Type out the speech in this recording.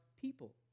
people